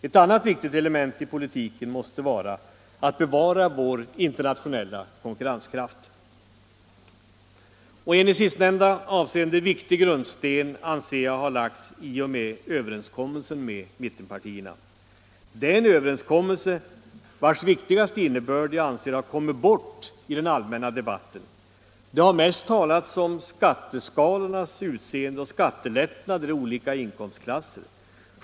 Ett annat viktigt element i politiken måste vara att bevara vår internationella konkurrenskraft. En i sistnämnda avseende viktig grundsten anser jag ha lagts i och med överenskommelsen med mittenpartierna. Det är en överenskommelse vars viktigaste innebörd jag anser har kommit bort i den allmänna debatten. Det har mest talats om skatteskalornas utseende och skattelättnader i olika inkomstklasser.